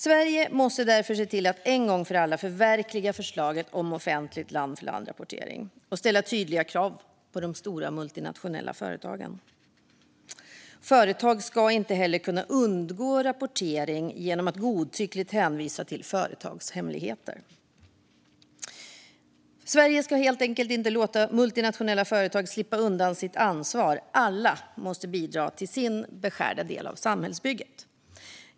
Sverige måste därför se till att en gång för alla förverkliga förslaget om offentlig land-för-land-rapportering och ställa tydliga krav på de stora multinationella företagen. Företag ska inte heller kunna undgå rapportering genom att godtyckligt hänvisa till företagshemligheter. Sverige ska helt enkelt inte låta multinationella företag slippa undan sitt ansvar. Alla måste bidra med sin beskärda del till samhällsbygget.